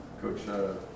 Coach